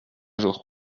jour